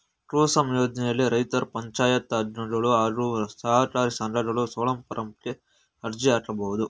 ಕುಸುಮ್ ಯೋಜ್ನೆಲಿ ರೈತ್ರು ಪಂಚಾಯತ್ಗಳು ಹಾಗೂ ಸಹಕಾರಿ ಸಂಘಗಳು ಸೋಲಾರ್ಪಂಪ್ ಗೆ ಅರ್ಜಿ ಹಾಕ್ಬೋದು